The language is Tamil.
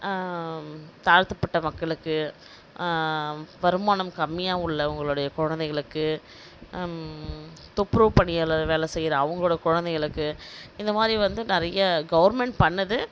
தாழ்த்தப்பட்ட மக்களுக்கு வருமானம் கம்மியாக உள்ளவங்களோடைய குழந்தைகளுக்கு துப்புரவுப் பணியாளர் வேலை செய்கிற அவங்களோட குழந்தைகளுக்கு இந்தமாதிரி வந்து நிறைய கவுர்மண்ட் பண்ணுது